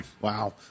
Wow